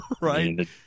right